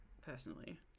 personally